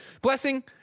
Blessing